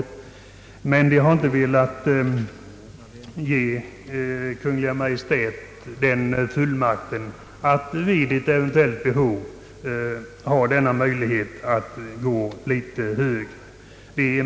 Utskottsmajoriteten har dock inte velat ge Kungl. Maj:t fullmakt att vid eventuellt behov gå litet högre.